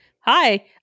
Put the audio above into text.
Hi